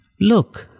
look